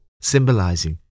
symbolizing